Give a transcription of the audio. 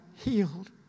Healed